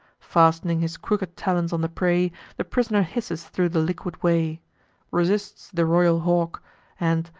fast'ning his crooked talons on the prey the pris'ner hisses thro' the liquid way resists the royal hawk and,